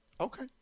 Okay